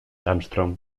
armstrong